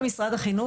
במשרד החינוך,